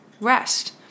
rest